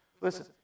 Listen